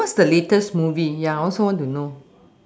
what's the latest movie ya I also want to know